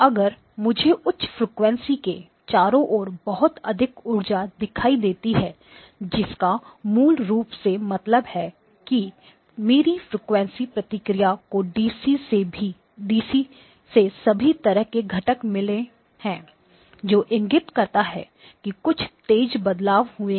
अगर मुझे उच्च फ्रिकवेंसी के चारों ओर बहुत अधिक ऊर्जा दिखाई देती है जिसका मूल रूप से मतलब है कि मेरी फ्रिकवेंसी प्रतिक्रिया को डीसी से सभी तरह के घटक मिले हैं जो इंगित करता है कि कुछ तेज बदलाव हुए हैं